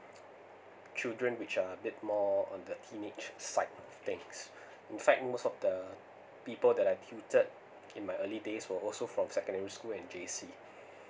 children which are a bit more on the teenage side things in fact most of the people that I tutored in my early days were also from secondary school and J C